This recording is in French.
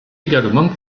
également